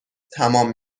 تمام